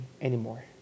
anymore